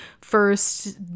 first